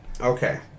Okay